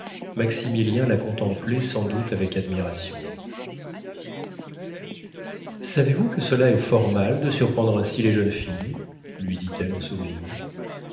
maximilien la contemplait sans doute avec admiration savez-vous que cela est fort mal de surprendre ainsi les jeunes filles lui dit-elle en souriant